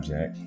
Jack